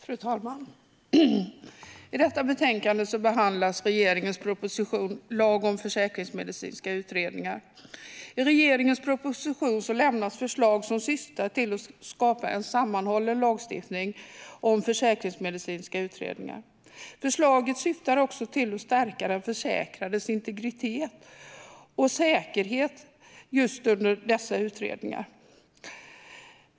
Fru talman! I detta betänkande behandlas regeringens proposition Lag om försäkringsmedicinska utredningar . I regeringens proposition lämnas förslag som syftar till att skapa en sammanhållen lagstiftning om försäkringsmedicinska utredningar. Förslaget syftar också till att stärka den försäkrades integritet och säkerhet just under dessa utredningar.